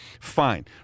Fine